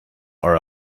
are